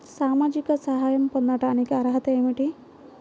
సామాజిక సహాయం పొందటానికి అర్హత ఏమిటి?